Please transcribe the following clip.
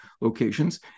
locations